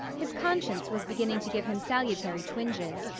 his conscience was beginning to give him salutary twinges.